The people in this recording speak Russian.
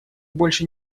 больше